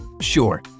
Sure